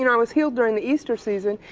you know i was healed during the easter season.